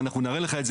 ואנחנו נראה לך.